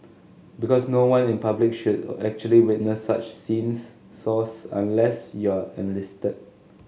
because no one in public should actually witness such scenes source unless you're enlisted